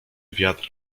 wiatr